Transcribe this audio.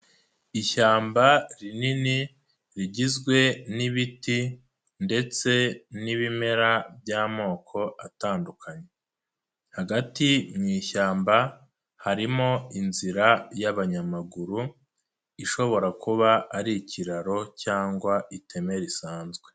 Ishyamba rinini rigizwe n'ibiti ndetse n'ibimera by'amoko atandukanye. Hagati mu ishyamba harimo inzira y'abanyamaguru, ishobora kuba ari ikiraro cyangwa iteme risanzwe.